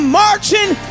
marching